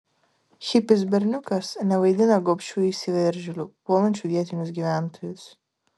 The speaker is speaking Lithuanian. hipis berniukas nevaidina gobšių įsiveržėlių puolančių vietinius gyventojus